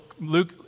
Luke